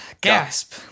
Gasp